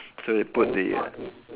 so they put the